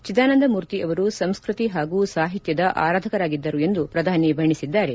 ಚಿದಾನಂದ ಮೂರ್ತಿ ಅವರು ಸಂಸ್ಕೃತಿ ಪಾಗೂ ಸಾಹಿತ್ಯದ ಆರಾಧಕರಾಗಿದ್ದರು ಎಂದು ಪ್ರಧಾನಿ ಬಣ್ಣಿಸಿದ್ದಾರೆ